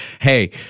Hey